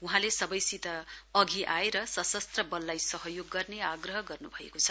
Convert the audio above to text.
वहाँले सबैसित अघि आएर सशस्त्र बललाई सहयोग गर्ने आग्रह गर्नु भएको छ